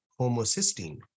homocysteine